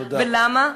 ולמה?